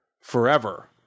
forever